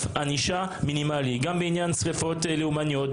ענישה מינימלי גם בעניין שריפות לאומניות,